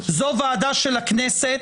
זו ועדה של הכנסת,